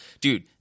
dude